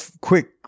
quick